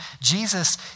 Jesus